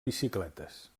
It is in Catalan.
bicicletes